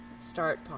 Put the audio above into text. Start